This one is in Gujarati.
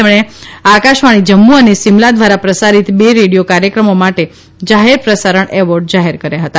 તેમણે આકાશવાણી જમ્મુ અને સિમલા દ્વારા પ્રસારીત બે રેડીયો કાર્યક્રમો માટે જાહેર પ્રસારણ એવોર્ડ જાહેર કર્યા હતા